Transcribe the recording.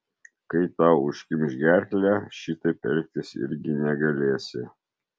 kai tau užkimš gerklę šitaip elgtis irgi negalėsi